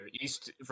east